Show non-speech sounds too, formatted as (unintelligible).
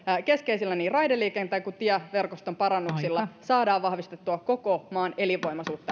keskeisillä niin raideliikenteen kuin tieverkoston parannuksilla saadaan vahvistettua koko maan elinvoimaisuutta (unintelligible)